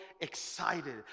excited